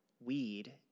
weed